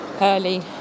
early